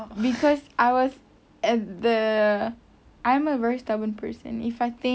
cause I was at the I'm a very stubborn person if I think